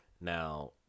now